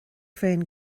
féin